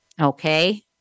Okay